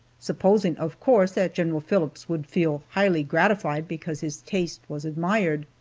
supposing, of course, that general phillips would feel highly gratified because his taste was admired.